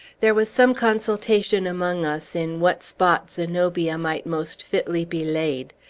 there was some consultation among us in what spot zenobia might most fitly be laid.